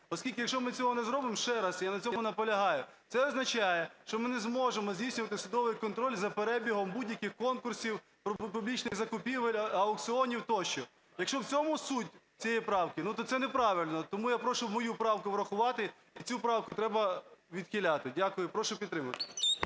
оскільки, якщо ми його не зробимо, ще раз, я на цьому наполягаю, це означає, що ми не зможемо здійснювати судовий контроль за перебігом будь-яких конкурсів, публічних закупівель, аукціонів тощо. Якщо в цьому суть цієї правки, то це неправильно. Тому я прошу мою правку врахувати і цю правку треба відхиляти. Дякую. Прошу підтримати.